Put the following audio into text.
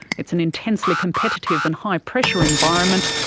it's an intensely competitive and high pressure environment,